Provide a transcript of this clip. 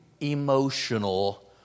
emotional